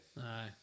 Aye